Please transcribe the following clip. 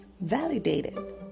validated